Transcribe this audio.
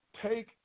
take